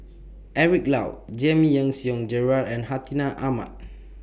Eric Low Giam Yean Song Gerald and Hartinah Ahmad